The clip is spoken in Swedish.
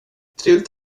trevligt